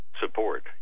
support